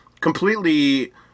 completely